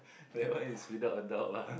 that one is without a doubt lah